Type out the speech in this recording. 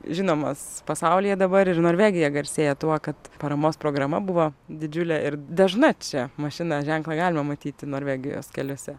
žinomas pasaulyje dabar ir norvegija garsėja tuo kad paramos programa buvo didžiulė ir dažna čia mašina ženklą galima matyti norvegijos keliuose